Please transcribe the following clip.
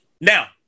Now